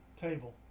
Table